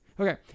Okay